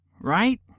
right